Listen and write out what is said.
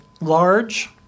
large